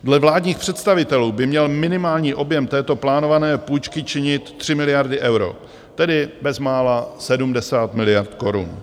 Dle vládních představitelů by měl minimální objem této plánované půjčky činit tři miliardy euro, tedy bezmála 70 miliard korun.